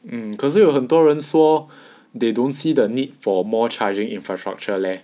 mm 可是有很多人说 they don't see the need for more charging infrastructure leh